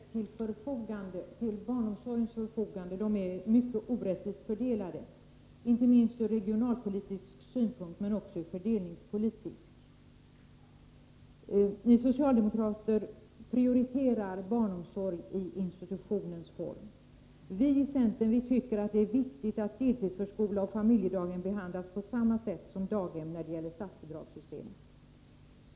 Herr talman! Jag har tidigare i debatten påpekat att de pengar som ställs till barnomsorgensförfogande 'är mycket orättvist fördelade, både från regionalpolitisk och från fördelningspolitisk synpunkt. Ni socialdemokrater prioriterar barnomsorg i institutionens form. Vi i centern tycker att det är viktigt att deltidsförskola och familjedaghem behandlas på samma sätt som daghem i statsbidragssystemet.